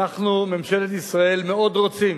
אנחנו, ממשלת ישראל, מאוד רוצים